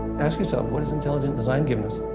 ask yourself, what has intelligent design given us?